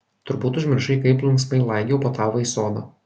turbūt užmiršai kaip linksmai laigiau po tavąjį sodą